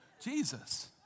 Jesus